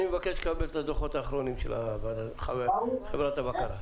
אני מבקש לקבל את הדוחות האחרונים של חברת הבקרה.